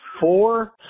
four